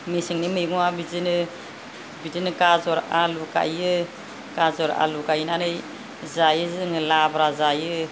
मेसेंनि मैगंआ बिदिनो बिदिनो गाजर आलु गायो गाजर आलु गायनानै जायो जोङो लाब्रा जायो